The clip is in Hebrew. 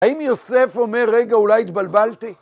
האם יוסף אומר, רגע, אולי התבלבלתי?